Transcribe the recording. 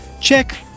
check